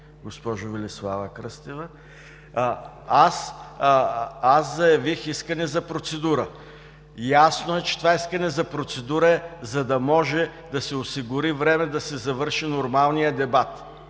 госпожа Велислава Кръстева, аз заявих искане за процедура. Ясно е, че това искане за процедура е, за да се осигури време да се завърши нормалният дебат.